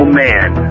man